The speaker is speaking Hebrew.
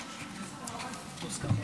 כוח.